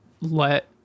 Let